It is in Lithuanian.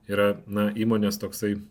yra na įmonės toksai